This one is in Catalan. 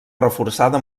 reforçada